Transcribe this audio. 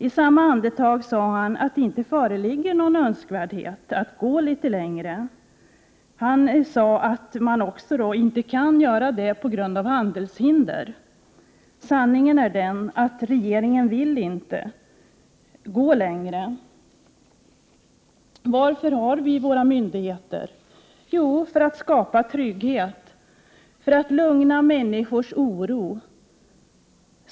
I samma andetag sade han att det inte föreligger någon önskvärdhet att gå litet längre. Han sade också att man inte kan göra det på grund av handelshinder. Sanningen är den, att regeringen inte vill gå längre. Varför har vi våra myndigheter? Jo, för att skapa trygghet, för att lugna människors oro.